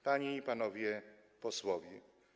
Panie i Panowie Posłowie!